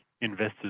investors